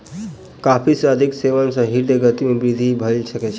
coffee के अधिक सेवन सॅ हृदय गति में वृद्धि भ सकै छै